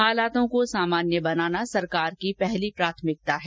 हालातों को सामान्य बनाना सरकार की प्राथमिकता है